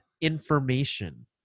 information